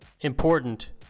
important